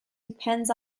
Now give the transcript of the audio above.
depends